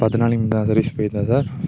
பத்து நாளைக்கு சர்வீஸ் போயிருதுந்தா சார்